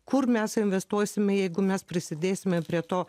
kur mes investuosime jeigu mes prisidėsime prie to